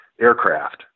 aircraft